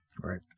Right